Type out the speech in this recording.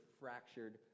fractured